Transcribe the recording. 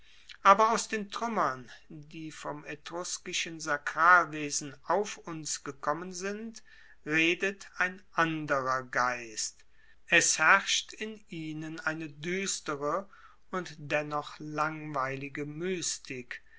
aber aus den truemmern die vom etruskischen sakralwesen auf uns gekommen sind redet ein anderer geist es herrscht in ihnen eine duestere und dennoch langweilige mystik